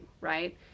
right